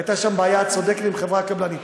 הייתה שם בעיה, את צודקת, עם חברה קבלנית.